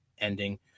ending